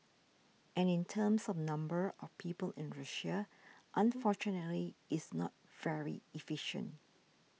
and in terms of number of people in Russia unfortunately it's not very efficient